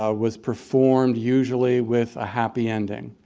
ah was performed usually with a happy ending.